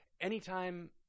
anytime